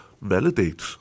validate